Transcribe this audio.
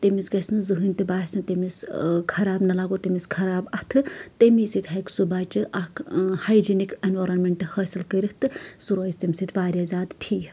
تٔمِس گژھِ نہٕ زہنۍ تہِ باسہِ نہٕ تٔمِس خراب نَہ لاگو تٔمِس خراب اَتھٕ تَمی سۭتۍ ہٮ۪کہِ سُہ بَچہٕ اکھ ہایجینِک انوارومنٹ حٲصِل کٔرِتھ تہٕ سُہ روزِ تَمہِ سۭتۍ واریاہ زیادٕ ٹھیٖک